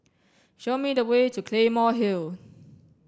show me the way to Claymore Hill